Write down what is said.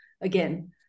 again